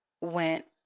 went